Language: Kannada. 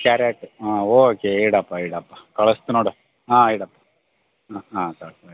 ಕ್ಯಾರೆಟ್ ಹಾಂ ಓಕೆ ಇಡಪ್ಪ ಇಡಪ್ಪ ಕಳ್ಸ್ತೀನಿ ನೋಡು ಹಾಂ ಇಡಪ್ಪ ಹಾಂ ಹಾಂ